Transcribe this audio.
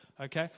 Okay